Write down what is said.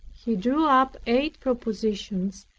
he drew up eight propositions,